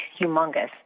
humongous